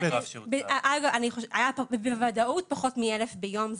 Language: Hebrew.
בוודאות היו פחות מ-1,000 ביום.